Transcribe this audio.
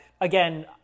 again